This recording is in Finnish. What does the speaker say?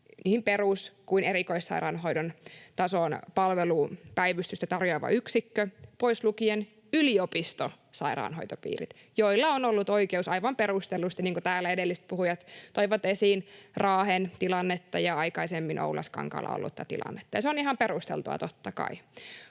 niin perus- kuin erikoissairaanhoidon tason palvelupäivystystä tarjoava yksikkö, pois lukien yliopistosairaanhoitopiirit, joilla on ollut oikeus aivan perustellusti, niin kuin täällä edelliset puhujat toivat esiin Raahen tilannetta ja aikaisemmin Oulaskankaalla ollutta tilannetta. Ja se on ihan perusteltua, totta kai.